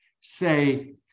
say